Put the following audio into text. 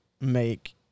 make